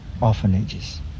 orphanages